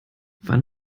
wann